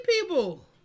people